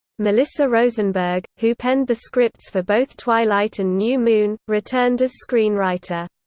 melissa rosenberg, who penned the scripts for both twilight and new moon, returned as screenwriter.